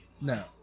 No